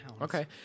Okay